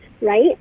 right